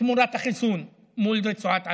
תמורת החיסון מול רצועת עזה.